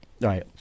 right